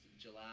July